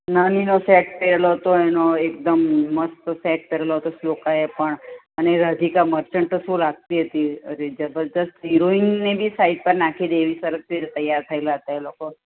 નાનીનો set પહેરેલો હતો એનો એકદમ મસ્ત સેટ પહેરેલો હતો શ્લોકાએ પણ અને એ રાધિકા મર્ચન્ટ તો શું લાગતી હતી અરે જબરદસ્ત હિરોઈનને બી સાઈડ પર નાખી દે એવી સરસ રીતે તૈયાર થયેલાં હતાં એ લોકો